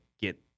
get